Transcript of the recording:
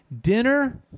dinner